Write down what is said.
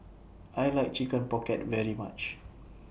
I like Chicken Pocket very much